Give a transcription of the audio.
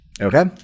Okay